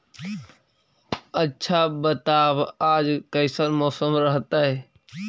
आच्छा बताब आज कैसन मौसम रहतैय?